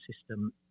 system